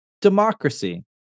democracy